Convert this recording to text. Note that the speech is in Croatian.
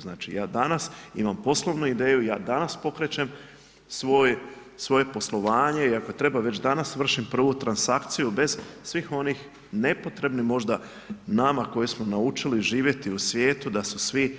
Znači ja danas imam poslovnu ideju, ja danas pokrećem svoje poslovanje i ako treba već danas vršim prvu transakciju bez svih onih nepotrebnih možda nama koji smo naučili živjeti u svijetu da su svi,